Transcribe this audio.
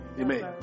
Amen